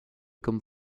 comme